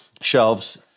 shelves